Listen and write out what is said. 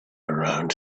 around